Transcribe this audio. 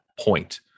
point